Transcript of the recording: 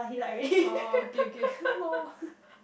oh okay okay loh